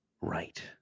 Right